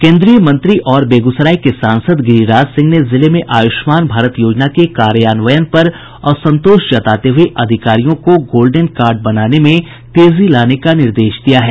केंद्रीय मंत्री और बेगूसराय के सांसद गिरिराज सिंह ने जिले में आयुष्मान भारत योजना के कार्यान्वयन पर असंतोष जताते हुये अधिकारियों को गोल्डेन कार्ड बनाने में तेजी लाने का निर्देश दिया है